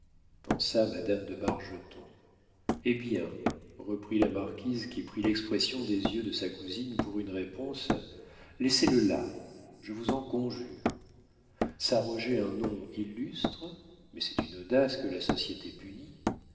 pensa madame de bargeton eh bien reprit la marquise qui prit l'expression des yeux de sa cousine pour une réponse laissez-le là je vous en conjure s'arroger un nom illustre mais c'est une audace que la société punit